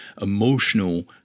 emotional